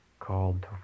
called